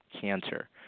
cancer